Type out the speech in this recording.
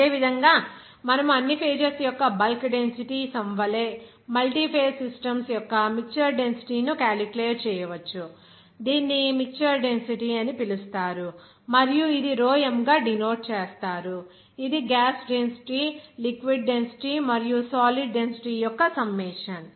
అదే విధంగా మనము అన్నిఫేజెస్ యొక్క బల్క్ డెన్సిటీ సమ్ వలె మల్టీఫేస్ సిస్టమ్స్ యొక్క మిక్చర్ డెన్సిటీ ను క్యాలిక్యులేట్ చేయవచ్చు దీనిని మిక్చర్ డెన్సిటీ అని పిలుస్తారు మరియు ఇది రో m గా డినోట్ చేస్తారు ఇది గ్యాస్ డెన్సిటీ లిక్విడ్ డెన్సిటీ మరియు సాలిడ్ డెన్సిటీ యొక్క సమ్మేషన్